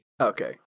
Okay